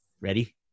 ready